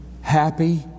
Happy